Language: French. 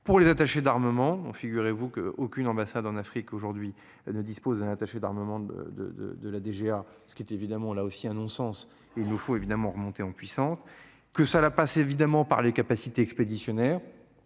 pour les attachés d'armement ont figurez-vous que aucune ambassade en Afrique aujourd'hui ne dispose attaché d'armement de de de de la DGA. Ce qui est évidemment là aussi un non-sens. Il nous faut évidemment, remonter en puissance que cela passe évidemment par les capacités expéditionnaires.